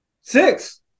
Six